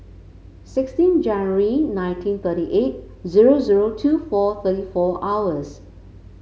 sixteen January nineteen thirty eight zero zero two four thirty four hours